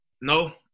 No